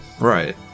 Right